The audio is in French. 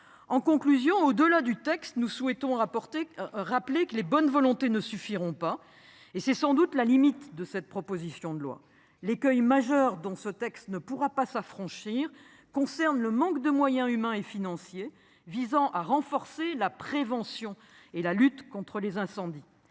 En conclusion, au-delà du texte. Nous souhaitons rapporté rappeler que les bonnes volontés ne suffiront pas et c'est sans doute la limite de cette proposition de loi l'écueil majeur dont ce texte ne pourra pas s'affranchir concerne le manque de moyens humains et financiers visant à renforcer la prévention et la lutte contre les incendies,